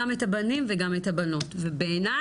גם את הבנים וגם את הבנות ובעיניי,